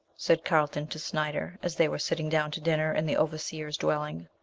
said carlton to snyder, as they were sitting down to dinner in the overseer's dwelling.